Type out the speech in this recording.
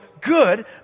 good